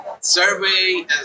Survey